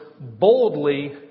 boldly